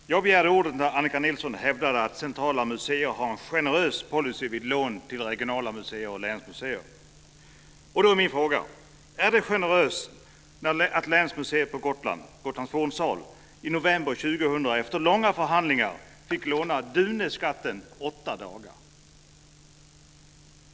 Fru talman! Jag begärde ordet när Annika Nilsson hävdade att centrala museer har en generös policy vid lån till regionala museer och länsmuseer. Då är min fråga: Är det generöst att länsmuseet på Gotland, Gotlands fornsal, i november 2000 efter långa förhandlingar fick låna Duneskatten åtta dagar?